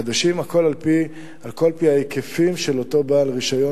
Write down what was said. הכול על-פי ההיקפים של אותו בעל רשיון